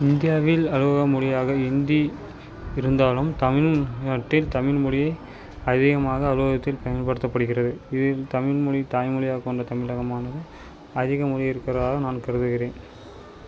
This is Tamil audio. இந்தியாவில் அலுவலக மொழியாக இந்தி இருந்தாலும் தமிழ் நாட்டில் தமிழ் மொழி அதிகமாக அலுவலகத்தில் பயன்படுத்தபடுகிறது இதில் தமிழ் மொழி தாய் மொழியாக கொண்ட தமிழகமானது அதிகம் மொழி இருக்கறதாக நான் கருதுகிறேன்